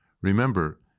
Remember